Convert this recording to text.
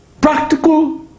Practical